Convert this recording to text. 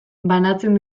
banatzen